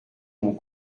mon